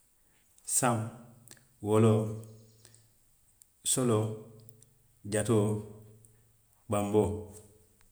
Saŋo, woloo, soloo, jatoo, banboo